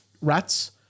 rats